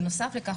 בנוסף לכך,